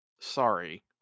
Sorry